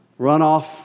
Runoff